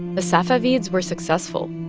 the safavids were successful.